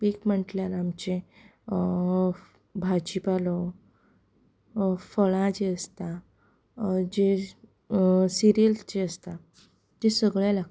पीक म्हणल्यार आमचें भाजी पालो फळां जीं आसता जे सिरियल्स जे आसतात तें सगळें लागता